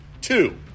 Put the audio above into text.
two